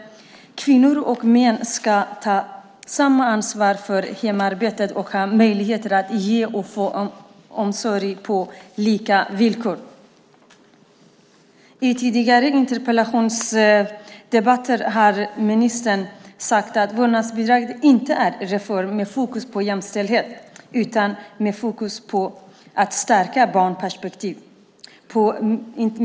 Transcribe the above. Kvinnor och män ska ta samma ansvar för hemarbetet och ha möjligheter att ge och få omsorg på lika villkor. I tidigare interpellationsdebatter har ministern sagt att vårdnadsbidraget inte är en reform med fokus på jämställdhet utan med fokus på att stärka barnperspektivet.